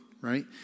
right